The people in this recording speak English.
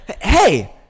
Hey